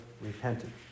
repented